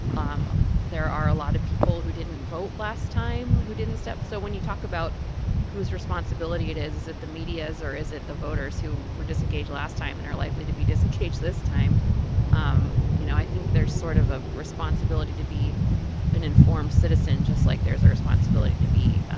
um there are a lot of people who didn't vote last time who didn't so when you talk about whose responsibility it is is it the media's, or is it the voters who were disengaged last time and are likely to be disengaged this time um you know, i think there's sort of a responsibility to be an informed citizen just like there's a responsibility to be